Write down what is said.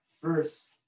first